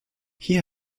hier